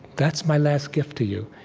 that's my last gift to you,